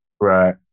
Right